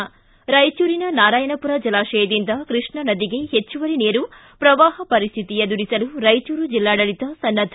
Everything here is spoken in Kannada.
ಿ ರಾಯಚೂರಿನ ನಾರಾಯಣಪುರ ಜಲಾಶಯದಿಂದ ಕೃಷ್ಣಾ ನದಿಗೆ ಹೆಚ್ಚುವರಿ ನೀರು ಪ್ರವಾಹ ಪರಿಸ್ಥಿತಿ ಎದುರಿಸಲು ರಾಯಚೂರು ಜೆಲ್ಲಾಡಳಿತ ಸನ್ನದ್ದ